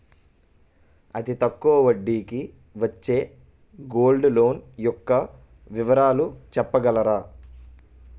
అతి తక్కువ వడ్డీ కి వచ్చే గోల్డ్ లోన్ యెక్క వివరాలు చెప్పగలరా?